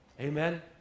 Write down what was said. Amen